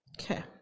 Okay